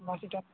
ବାସିଟା